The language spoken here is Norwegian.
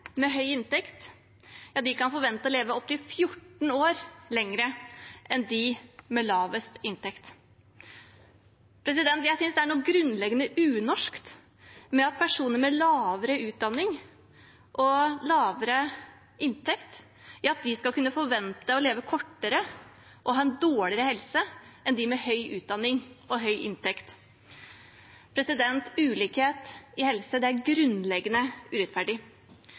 med høy inntekt kan forvente å leve opptil 14 år lenger enn dem med lavest inntekt. Jeg synes det er noe grunnleggende unorsk med at personer med lavere utdanning og lavere inntekt skal kunne forvente å leve kortere og ha en dårligere helse enn dem med høy utdanning og høy inntekt. Ulikhet innen helse er grunnleggende urettferdig.